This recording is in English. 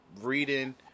reading